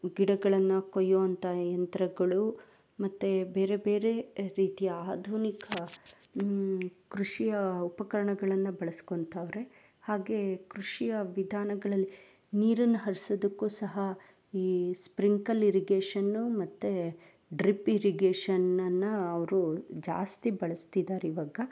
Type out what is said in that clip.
ಗಿಡಗಳನ್ನು ಕೊಯ್ಯೋಂಥ ಯಂತ್ರಗಳು ಮತ್ತು ಬೇರೆ ಬೇರೆ ರೀತಿಯ ಆಧುನಿಕ ಕೃಷಿಯ ಉಪಕರಣಗಳನ್ನ ಬಳಸ್ಕೊಂತಾವ್ರೆ ಹಾಗೇ ಕೃಷಿಯ ವಿಧಾನಗಳಲ್ಲಿ ನೀರನ್ನು ಹರ್ಸೋದಕ್ಕೂ ಸಹ ಈ ಸ್ಪ್ರಿಂಕಲ್ ಇರಿಗೇಶನ್ನು ಮತ್ತು ಡ್ರಿಪ್ ಇರಿಗೇಶನ್ನನ್ನು ಅವರು ಜಾಸ್ತಿ ಬಳಸ್ತಿದ್ದಾರೆ ಇವಾಗ